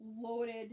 loaded